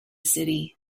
city